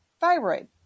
thyroid